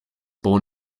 born